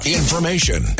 information